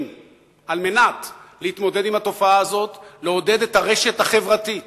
כדי להתמודד עם התופעה הזאת אנחנו צריכים לעודד את הרשת החברתית